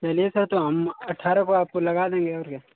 उन्नीस है तो हम अठारह को आपको लगा देंगे और क्या